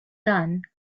done